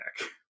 back